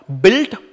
built